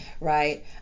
right